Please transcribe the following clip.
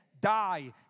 die